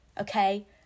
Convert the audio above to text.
Okay